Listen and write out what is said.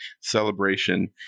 celebration